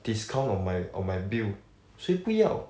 discount on my on my bill 谁不要